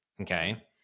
Okay